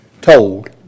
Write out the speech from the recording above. told